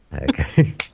Okay